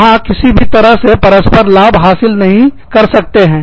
वहां किसी भी तरह से परस्पर लाभ हासिल नहीं कर सकते हैं